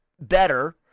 better –